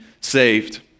saved